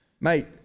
Mate